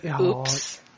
Oops